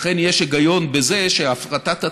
לכן, יש היגיון בזה שהפרטת התע"ש,